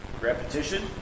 repetition